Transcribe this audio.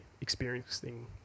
experiencing